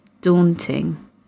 daunting